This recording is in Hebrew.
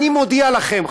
אני מודיע לכם,